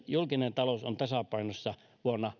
julkinen talous on tasapainossa vuonna